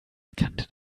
erkannte